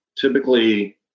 typically